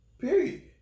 Period